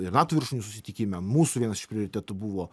ir nato viršūnių susitikime mūsų vienas iš prioritetų buvo